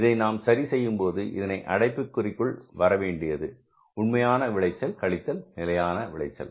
இதை நாம் சரி செய்யும் போது இதனை அடைப்புக்குறிக்குள் வரவேண்டியது உண்மையான விளைச்சல் கழித்தல் நிலையான விளைச்சல்